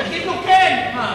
תגידו כן, מה?